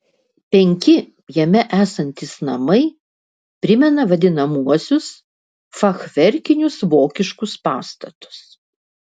penki jame esantys namai primena vadinamuosius fachverkinius vokiškus pastatus